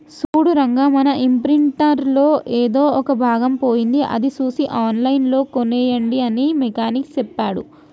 సూడు రంగా మన ఇంప్రింటర్ లో ఎదో ఒక భాగం పోయింది అది సూసి ఆన్లైన్ లో కోనేయండి అని మెకానిక్ సెప్పాడు